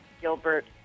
Gilbert